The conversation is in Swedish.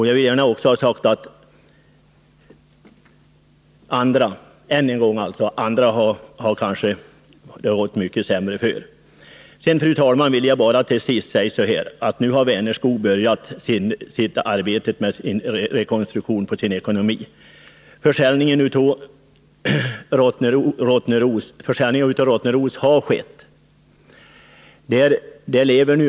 Jag vill också gärna ha sagt än en gång att det finns nog andra som det har gått ännu sämre för. Vänerskog har påbörjat arbetet med rekonstruktionen av sin ekonomi. Försäljningen av Rottneros har skett.